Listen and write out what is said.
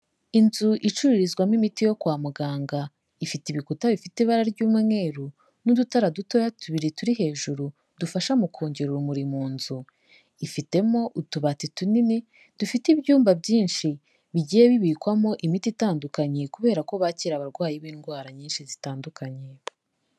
Inzu icururizwamo imiti yo kwa muganga, ifite ibikuta bifite ibara ry'umweru n'udutara dutoya tubiri, turi hejuru, dufasha mu kongera urumuri mu nzu, ifitemo utubati tunini, dufite ibyumba byinshi, bigiye bibikwamo imiti itandukanye kubera ko bakira abarwayi b'indwara nyinshi zitandukanye.